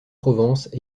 provence